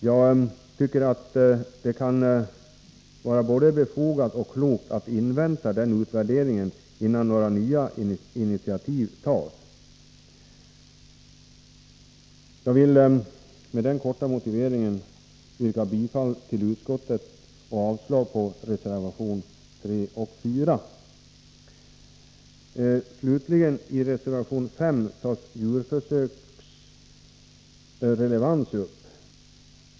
Jag tycker att det kan vara både befogat och klokt att invänta den utvärderingen innan några nya initiativ tas. Jag vill med den korta motiveringen yrka avslag på reservationerna 3 och 4. I reservation 5 tas djurförsökens relevans upp.